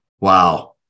Wow